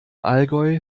allgäu